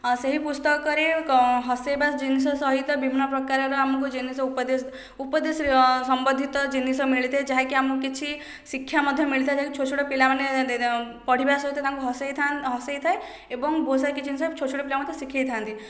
ଅ ସେହି ପୁସ୍ତକରେ କ ହସେଇବା ଜିନିଷ ସହିତ ବିଭିନ୍ନ ପ୍ରକାରର ଆମକୁ ଜିନିଷ ଉପଦେଶ ଉପଦେଶ ସମ୍ବନ୍ଧୀତ ଜିନିଷ ମିଳିଥାଏ ଯାହାକି ଆମକୁ କିଛି ଶିକ୍ଷା ମଧ୍ୟ ମିଳିଥାଏ ଯାହାକୁ ଛୋଟ ଛୋଟ ପିଲାମାନେ ପଢ଼ିବା ସହିତ ତାଙ୍କୁ ହସେଇଥାନ ହସେଇଥାଏ ଏବଂ ବହୁତ ସାରା କିଛି ଜିନିଷ ଛୋଟ ଛୋଟ ପିଲାମାନଙ୍କୁ ଶିଖେଇଥାନ୍ତି